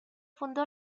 fundó